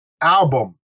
album